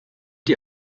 die